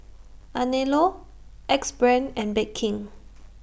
Anello Axe Brand and Bake King